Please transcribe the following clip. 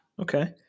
Okay